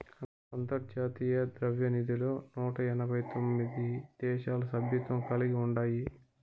అంతర్జాతీయ ద్రవ్యనిధిలో నూట ఎనబై తొమిది దేశాలు సభ్యత్వం కలిగి ఉండాయి